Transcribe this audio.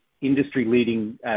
industry-leading